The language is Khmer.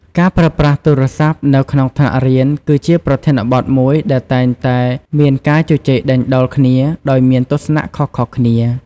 ការប្រើប្រាស់ទូរស័ព្ទនៅក្នុងថ្នាក់រៀន គឺជាប្រធានបទមួយដែលតែងតែមានការជជែកដេញដោលគ្នា ដោយមានទស្សនៈខុសៗគ្នា។